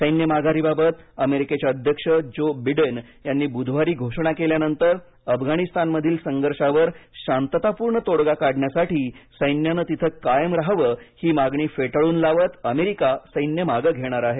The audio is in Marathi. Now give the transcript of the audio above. सैन्य माघारीबाबत अमेरिकेचे अध्यक्ष जो बिडेन यांनी बुधवारी घोषणा केल्यानंतर अफगाणिस्तानमधील संघर्षावर शांततापूर्ण तोडगा काढण्यासाठी सैन्याने तिथे कायम रहावे ही मागणी फेटाळून लावत अमेरिका सैन्य मागे घेणार आहे